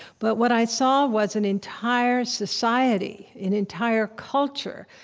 but what i saw was an entire society, an entire culture,